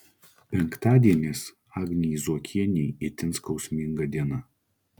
penktadienis agnei zuokienei itin skausminga diena